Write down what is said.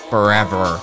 Forever